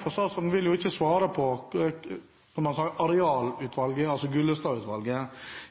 for statsråden vil jo ikke svare når det gjelder innstillingen fra Arealutvalget, altså